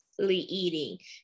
eating